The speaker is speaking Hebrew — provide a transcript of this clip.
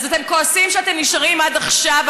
אז אתם כועסים שאתם נשארים עד עכשיו,